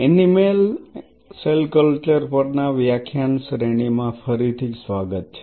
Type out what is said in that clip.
animal cell culture પર ના વ્યાખ્યાન શ્રેણીમાં ફરી થી સ્વાગત છે